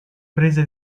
prese